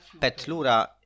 petlura